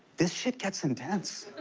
this shit gets intense.